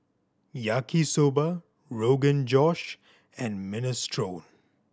Yaki Soba Rogan Josh and Minestrone